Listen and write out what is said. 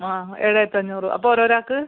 ആ ഏഴായിരത്തഞ്ഞൂറ് അപ്പോൾ ഓരോരോ ആൾക്ക്